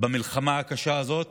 המלחמה הקשה הזאת,